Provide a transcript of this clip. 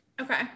Okay